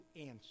answer